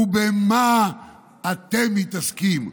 ובמה אתם מתעסקים?